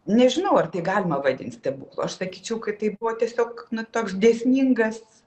nežinau ar tai galima vadint stebuklu aš sakyčiau kad tai buvo tiesiog toks dėsningas